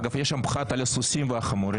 אגב, יש שם פחת על סוסים ועל חמורים...